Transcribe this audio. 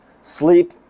sleep